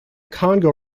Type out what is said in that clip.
congo